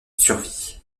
survit